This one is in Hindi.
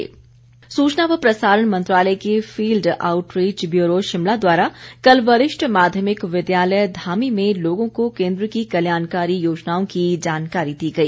प्रदर्शनी सूचना व प्रसारण मंत्रालय के फिल्ड आउटरिच ब्यूरो शिमला द्वारा कल वरिष्ठ माध्यमिक विद्यालय धामी में लोगों को केन्द्र की कल्याणकारी योजनाओं की जानकारी दी गई